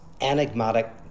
enigmatic